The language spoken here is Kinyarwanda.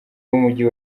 b’umujyi